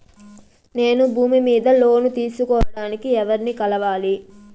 నేను భూమి మీద లోను తీసుకోడానికి ఎవర్ని కలవాలి?